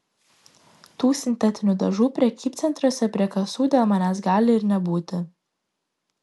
tų sintetinių dažų prekybcentriuose prie kasų dėl manęs gali ir nebūti